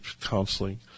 counseling